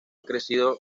crecido